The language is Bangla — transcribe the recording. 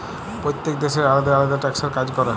প্যইত্তেক দ্যাশের আলেদা আলেদা ট্যাক্সের কাজ ক্যরে